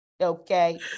Okay